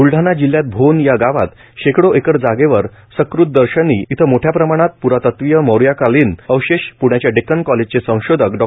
ब्लढाणा जिल्ह्यात भोन या गावात शेकडो एकर जागेवर सकृददर्शनी इथं मोठ्या प्रमाणात प्रातत्वीय मौर्याकालीन अवशेष प्ण्याच्या डेक्कन कॉलेजचे संशोधक डॉ